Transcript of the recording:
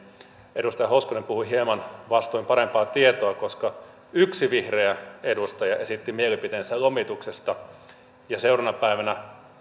edustaja hoskonen puhui hieman vastoin parempaa tietoa koska yksi vihreä edustaja esitti mielipiteensä lomituksesta ja seuraavana päivänä